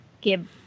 Give